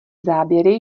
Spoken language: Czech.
záběry